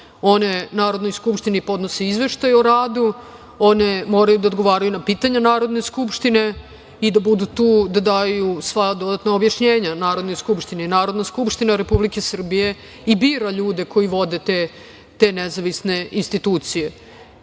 One Narodnoj skupštini podnose izveštaje o radu, one moraju da odgovaraju na pitanja Narodne skupštine i da budu tu daju sva dodatna objašnjenja Narodnoj skupštini. Narodna skupština Republike Srbije i bira ljude koji vode te nezavisne institucije. Ja